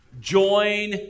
Join